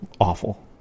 awful